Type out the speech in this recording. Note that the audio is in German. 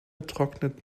trocknet